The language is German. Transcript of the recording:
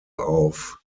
auf